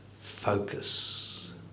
Focus